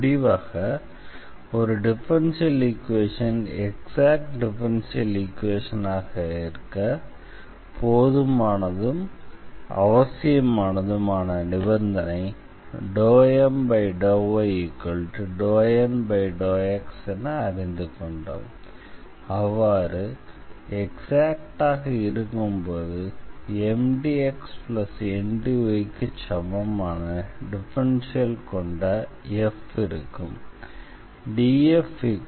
முடிவாக ஒரு differential equation exact differential ஈக்வேஷனாக இருக்க போதுமானதும் அவசியமானதுமான நிபந்தனை ∂M∂y∂N∂x என அறிந்து கொண்டோம் அவ்வாறு எக்ஸாக்ட்டாக இருக்கும்போது M dx N dy க்கு சமமான டிஃபரன்ஷியல் கொண்ட f இருக்கும்